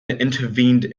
intervened